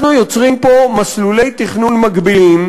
אנחנו יוצרים פה מסלולי תכנון מקבילים,